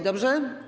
Dobrze?